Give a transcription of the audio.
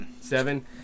Seven